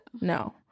No